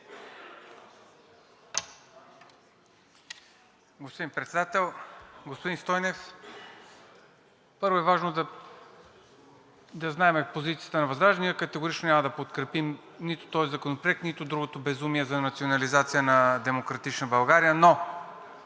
Господин Председател! Господин Стойнев, първо е важно да знаем позицията на ВЪЗРАЖДАНЕ. Ние категорично няма да подкрепим нито този законопроект, нито другото безумие – за национализация, на „Демократична България“.